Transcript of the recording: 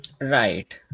Right